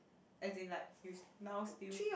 as in like you now still